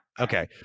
Okay